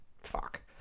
Fuck